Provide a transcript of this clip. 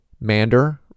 Mander